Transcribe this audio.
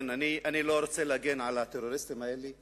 אני לא רוצה להגן על הטרוריסטים האלה.